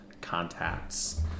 contacts